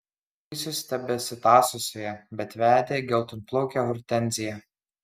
jis vis tebesitąso su ja bet vedė geltonplaukę hortenziją